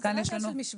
זה לא עניין של משוואה.